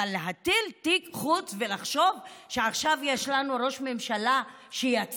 אבל להטיל את תיק החוץ ולחשוב שעכשיו יש לנו ראש ממשלה שיצליח?